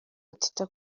batita